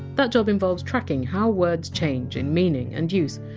that job involves tracking how words change in meaning and use,